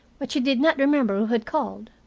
but she did not remember who had called.